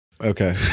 okay